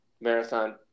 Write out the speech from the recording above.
marathon